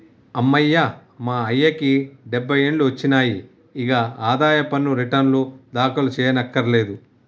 అమ్మయ్య మా అయ్యకి డబ్బై ఏండ్లు ఒచ్చినాయి, ఇగ ఆదాయ పన్ను రెటర్నులు దాఖలు సెయ్యకర్లేదు